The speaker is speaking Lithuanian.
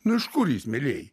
nu iš kur jis mielieji